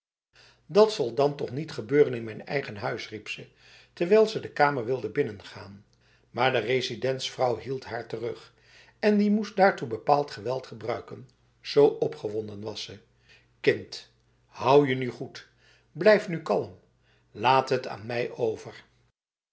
dat zal dan toch niet gebeuren in mijn eigen huis riep ze terwijl ze de kamer wilde binnengaan maar de residentsvrouw hield haar terug en die moest daartoe bepaald geweld gebruiken zo opgewonden was ze kind houd je nu goed blijf nu kalm laat het aan mij overf